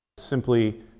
simply